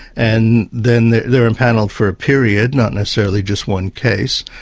and then they're empanelled for a period, not necessarily just one case,